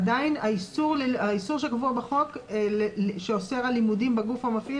עדיין האיסור שקבוע בחוק שאוסר על לימודים בגוף המפעיל